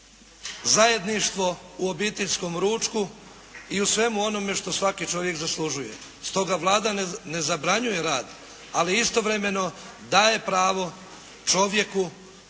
zajedništvo u obiteljskom ručku i u svemu onome što svaki čovjek zaslužuje. Stoga Vlada ne zabranjuje rad ali istovremeno daje pravo čovjeku